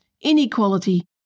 inequality